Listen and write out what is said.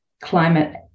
climate